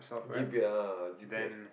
G P ah g_p_s